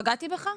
פגעתי בך?